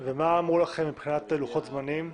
ומה אמרו לכם מבחינת הלוחות זמנים?